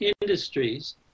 industries